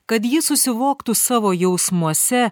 kad ji susivoktų savo jausmuose